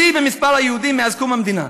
שיא במספר היהודים מאז קום המדינה,